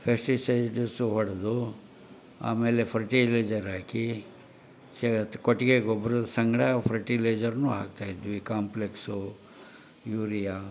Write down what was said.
pesticides ಹೊಡೆದು ಆಮೇಲೆ fertiliser ಹಾಕಿ ಶತ್ ಕೊಟ್ಟಿಗೆ ಗೊಬ್ರದ ಸಂಗಡ ಫರ್ಟಿಲೈಜರನ್ನೂ ಹಾಕ್ತಾಯಿದ್ವಿ ಕಾಂಪ್ಲೆಕ್ಸು ಯೂರಿಯಾ